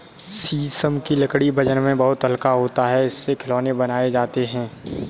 शीशम की लकड़ी वजन में बहुत हल्का होता है इससे खिलौने बनाये जाते है